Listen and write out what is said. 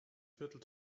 viertel